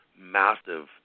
massive